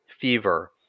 fever